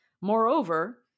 Moreover